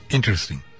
Interesting